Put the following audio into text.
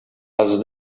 els